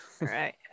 right